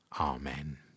Amen